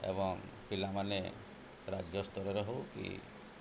ଏବଂ ପିଲାମାନେ ରାଜ୍ୟ ସ୍ତରରେ ହେଉ କି